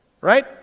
Right